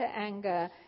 anger